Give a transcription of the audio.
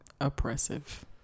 oppressive